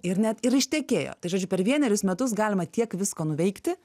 ir net ir ištekėjo tai žodžiu per vienerius metus galima tiek visko nuveikti